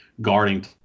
guarding